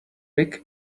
big